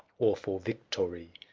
or for victory,